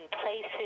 places